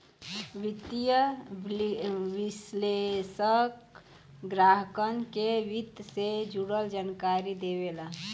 वित्तीय विश्लेषक ग्राहकन के वित्त से जुड़ल जानकारी देवेला